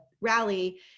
rally